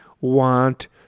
want